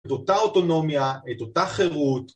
‫את אותה אוטונומיה, את אותה חירות.